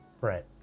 Right